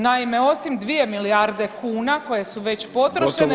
Naime, osim dvije milijarde kuna koje su već potrošene